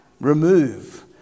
remove